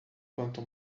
quanto